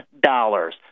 dollars